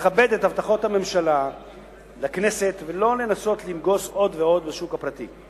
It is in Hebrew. לכבד את הבטחות הממשלה לכנסת ולא לנסות לנגוס עוד ועוד בשוק הפרטי,